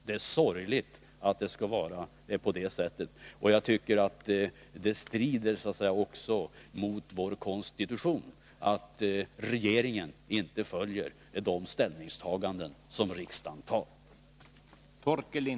Det är sorgligt att det skall vara på det sättet, och jag tycker att det också strider mot vår konstitution att regeringen inte följer riksdagens beslut.